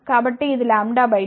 కాబట్టి ఇది λబై 2